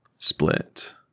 Split